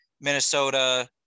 Minnesota